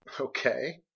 Okay